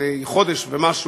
לפני חודש ומשהו,